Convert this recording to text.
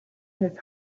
his